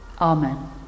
Amen